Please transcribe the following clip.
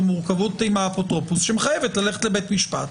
מורכבות עם האפוטרופוס שמחייבת ללכת לבית משפט.